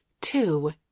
Two